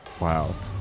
wow